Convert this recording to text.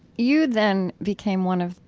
you then became one of,